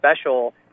special